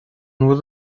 bhfuil